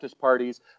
parties